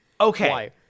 Okay